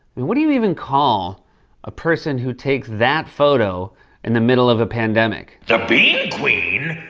and what do you even call a person who takes that photo in the middle of a pandemic? the bean queen!